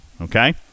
Okay